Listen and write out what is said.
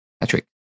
Patrick